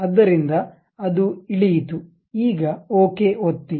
ಆದ್ದರಿಂದ ಅದು ಇಳಿಯಿತು ಈಗ ಓಕೆ ಒತ್ತಿ